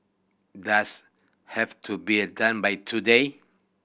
does have to be done by today